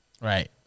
Right